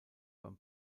beim